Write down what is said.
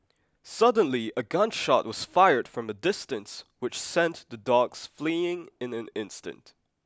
suddenly a gun shot was fired from a distance which sent the dogs fleeing in an instant